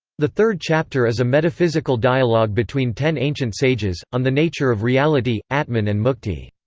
the third chapter is a metaphysical dialogue between ten ancient sages, on the nature of reality, atman and mukti.